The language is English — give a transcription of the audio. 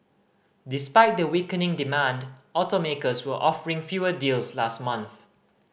despite the weakening demand automakers were offering fewer deals last month